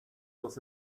los